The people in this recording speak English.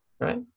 right